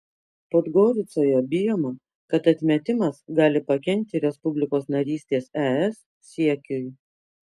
podgoricoje bijoma kad atmetimas gali pakenkti respublikos narystės es siekiui